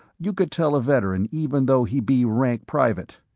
you could tell a veteran even though he be rank private.